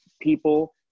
people